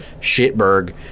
Shitberg